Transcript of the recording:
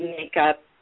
makeup